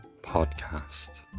podcast